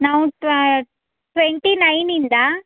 ನಾವು ಟ್ವೆಂಟಿ ನೈನಿಂದ